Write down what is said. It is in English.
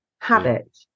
habit